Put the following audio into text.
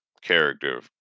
character